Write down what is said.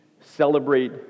celebrate